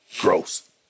Gross